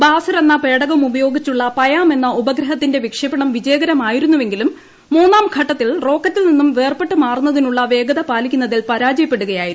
Basir എന്ന പേടകമുപയോഗിച്ചുള്ള Payam എന്ന ഉപഗ്രഹത്തിന്റെ വിക്ഷേപണം വിജയകരമായിരുന്നുവെങ്കിലും മൂന്നാം ഘട്ടത്തിൽ റോക്കറ്റിൽ നിന്നും വേർപെട്ടു മാറുന്നതിനുള്ള വേഗത പാലിക്കുന്നതിൽപരാജയപ്പെടുകയായിരുന്നു